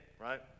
right